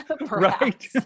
Right